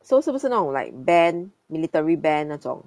so 是不是那种 like band military band 那种